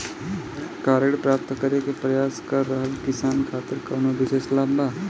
का ऋण प्राप्त करे के प्रयास कर रहल किसान खातिर कउनो विशेष लाभ बा?